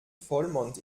vollmond